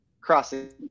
crossing